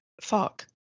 fuck